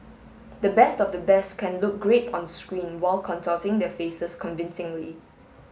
the best of the best can look great on screen while contorting their faces convincingly